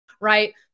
right